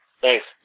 Thanks